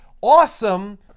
awesome